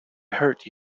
hurt